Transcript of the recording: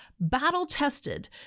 battle-tested